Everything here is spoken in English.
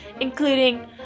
including